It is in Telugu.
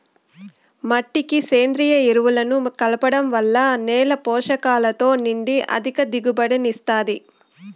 మట్టికి సేంద్రీయ ఎరువులను కలపడం వల్ల నేల పోషకాలతో నిండి అధిక దిగుబడిని ఇస్తాది